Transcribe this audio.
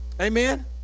Amen